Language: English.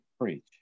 preach